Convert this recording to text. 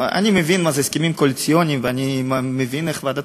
אני מבין מה זה הסכמים קואליציוניים,